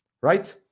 right